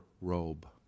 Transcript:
robe